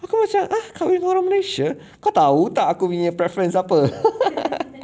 aku macam ah kahwin orang malaysia kau tahu tak aku punya preference apa